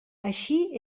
així